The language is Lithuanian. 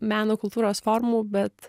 meno kultūros formų bet